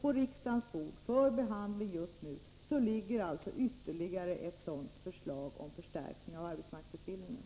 På riksdagens bord ligger för behandling ytterligare ett förslag om förstärkning av arbetsmarknadsutbildningen.